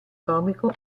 comico